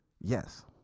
Yes